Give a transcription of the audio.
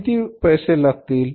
किती पैसे लागतील